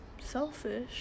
selfish